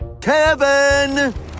Kevin